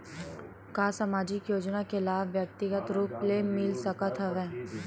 का सामाजिक योजना के लाभ व्यक्तिगत रूप ले मिल सकत हवय?